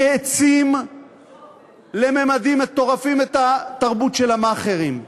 העצים לממדים מטורפים את התרבות של המאכערים,